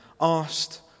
asked